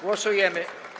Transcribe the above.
Głosujemy.